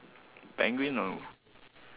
penguin no